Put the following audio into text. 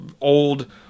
old